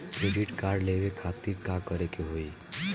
Credit card लेवे खातिर का करे के होई?